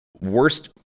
Worst